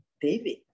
David